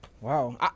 Wow